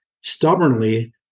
stubbornly